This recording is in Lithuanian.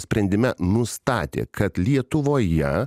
sprendime nustatė kad lietuvoje